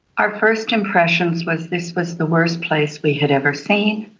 our first impressions was this was the worst place we had ever seen.